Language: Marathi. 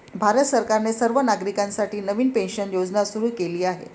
भारत सरकारने सर्व नागरिकांसाठी नवीन पेन्शन योजना सुरू केली आहे